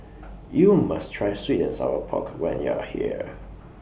YOU must Try Sweet and Sour Pork when YOU Are here